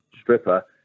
stripper